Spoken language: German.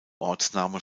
ortsnamen